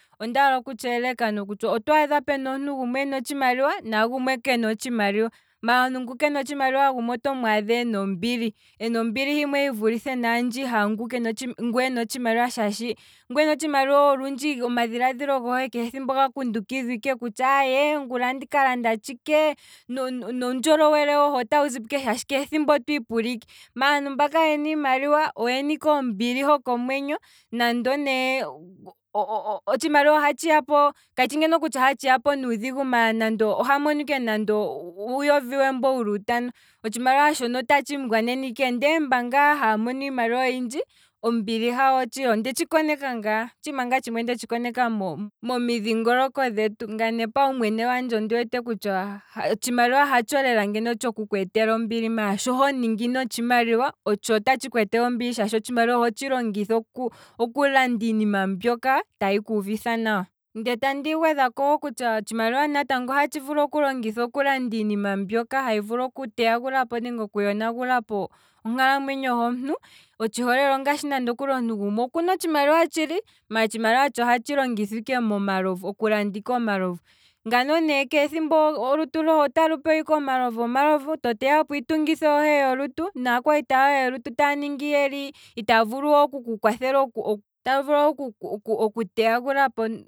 Ondaala oku tsheeleka nokutya otwaadha pena omuntu gumwe ena otshimaliwa, nagumwe kena otshimaliwa, maala ngukena otshimaliwa gumwe oto mwaadha ena ombili, ena ombili hivulithe nohaangu ena otshimaliwa, shaashi ngweena otshimaliwa olundji oamdhilaadhilo gohe shaa thimbo oga kundu kidhwa ike kutya aye ngula andika landa tshike, nuundjolowele otawu zipo ike shaashi shaathimbo otwiipula ike, maala mba kayena iimaliwa oyena ike ombili hoko mwenyo nande nee otshimaliwa oha tshiyapo, kayi ngeno hatshi yapo nuudhigu maala nande ngeno oha mono ike nande uuyovi we wuli utano, otshimaliwa shono otahsimu gwanene ike, ndee mba ngaa haya mono iimaliwa oyindji, ombili hawo, ondetshi koneka ngaa, otshiima ngaa tshimwe ndetshi koneka momidhingoloko dhetu, ngaye pungaye mwene ondi wete kutya otshimaliwa hatsho lela tshoku kweetela ombili, maala sho honingi notshimaliwa ostho tatshi kweetele ombili shaashi otshimaliwa oho tshi longitha okulanda iinima mbyoka tayi kuuvitha nawa. Ndee tandi gwedhako wo natango kutya, otshimaliwa ohatshi vulu okulanda iinima mbyoka hayi vulu okuteya gulapo nenge okuyonagulapo onkalamwenyo homuntu, otshi holelwa ongaashi kutya omuntu gumwe okuna otshimaliwa tshili, maala otshimaliwa shono ohatshi longithwa ike momalovu, okulanda ike omalovu, ngano ne olutu lohe keethimbo otalu pewa ike omalovu, to teyapo iitungithi yohe yolutu, naakwaita yohe yolutu oto mono ike itaya vulu okulonga, itaya vulu we oku ku kwathela.